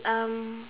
um